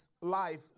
life